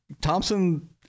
Thompson